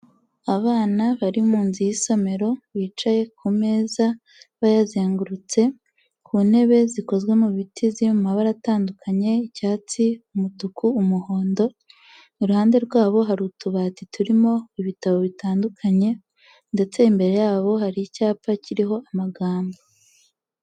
Abana bari mu nzu y'isomero bicaye ku meza bayazengurutse ku ntebe zikozwe mu biti ziri mu mabara atandukanye, icyatsi, umutuku, umuhondo iruhande rwabo hari utubati turimo ibitabo bitandukanye ndetse imbere yabo hari icyapa kiriho amagambo.